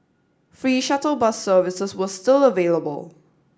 free shuttle bus services were still available